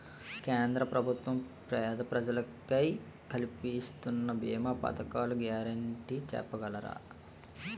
కేంద్ర ప్రభుత్వం పేద ప్రజలకై కలిపిస్తున్న భీమా పథకాల గ్యారంటీ చెప్పగలరా?